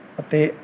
ਅਤੇ